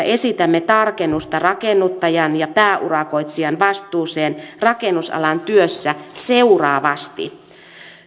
esitämme tarkennusta rakennuttajan ja pääurakoitsijan vastuuseen rakennusalan työssä seuraavasti